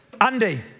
Andy